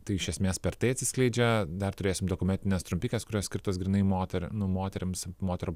tai iš esmės per tai atsiskleidžia dar turėsim dokumentines trumpikes kurios skirtos grynai moter nu moterims moterų